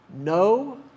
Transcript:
No